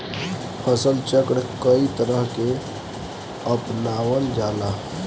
फसल चक्र के कयी तरह के अपनावल जाला?